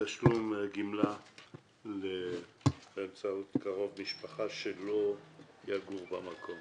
תשלום גמלה באמצעות קרוב משפחה שלא יגור במקום